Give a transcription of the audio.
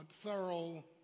thorough